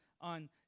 on